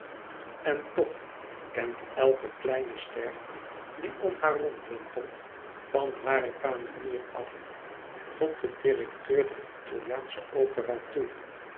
en toch kent elke kleine ster die lady dedlocr heeft zich doodeluk verveeld om haar rondwentelt van hare kamenier af tot den directeur der italiaansche opera toe